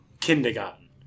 kindergarten